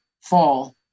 fall